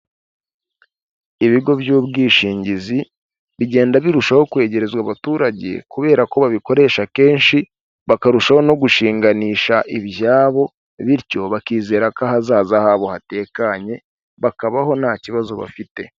Ibigo by'ubwishingizi bigenda birushaho kwegerezwa abaturage kubera ko babikoresha kenshi, bakarushaho no gushinganisha ibyabo, bityo bakizera ko ahazaza habo hatekanye, bakabaho nta kibazo bafite.